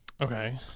Okay